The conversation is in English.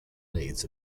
needs